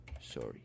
Sorry